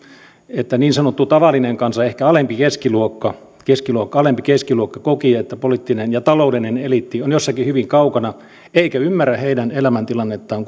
että niin sanottu tavallinen kansa ehkä keskiluokka keskiluokka alempi keskiluokka koki että poliittinen ja taloudellinen eliitti on jossakin hyvin kaukana eikä ymmärrä heidän elämäntilannettaan